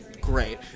great